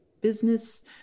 business